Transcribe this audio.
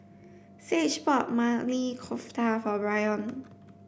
Sage bought Maili Kofta for Byron